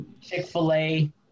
Chick-fil-A